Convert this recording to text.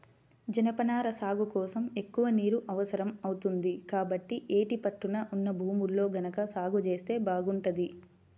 జనపనార సాగు కోసం ఎక్కువ నీరు అవసరం అవుతుంది, కాబట్టి యేటి పట్టున ఉన్న భూముల్లో గనక సాగు జేత్తే బాగుంటది